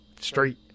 straight